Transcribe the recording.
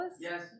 Yes